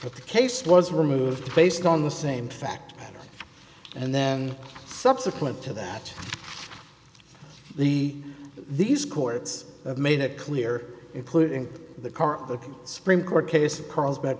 but the case was removed based on the same fact and then subsequent to that the these courts have made it clear including the current supreme court case of carlsb